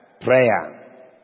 prayer